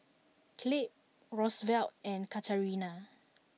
Clabe Rosevelt and Katarina